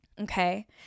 okay